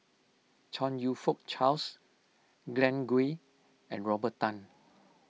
Chong You Fook Charles Glen Goei and Robert Tan